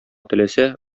теләсә